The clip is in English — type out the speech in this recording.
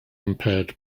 impaired